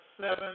seven